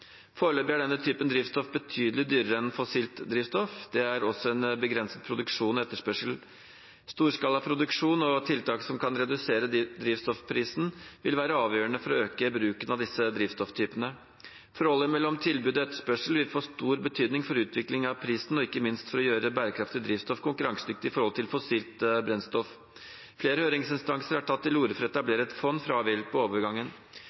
Foreløpig er denne typen drivstoff betydelig dyrere enn fossilt drivstoff, og det er også en begrenset produksjon og etterspørsel. Storskalaproduksjon og tiltak som kan redusere drivstoffprisen, vil være avgjørende for å øke bruken av disse drivstofftypene. Forholdet mellom tilbud og etterspørsel vil få stor betydning for utviklingen i prisen, og ikke minst for å gjøre bærekraftige drivstoff konkurransedyktig i forhold til fossilt brennstoff. Flere høringsinstanser har tatt til orde for å etablere et fond for å avhjelpe overgangen.